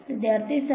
വിദ്യാർത്ഥി 7